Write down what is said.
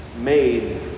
made